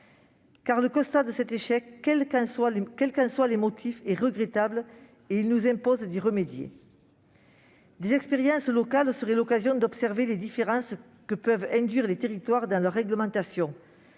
En effet, cet échec, quels qu'en soient les motifs, est regrettable et nous impose d'y remédier. Des expériences locales seraient l'occasion d'observer les différences que peuvent introduire les territoires dans leur réglementation.